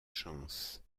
chances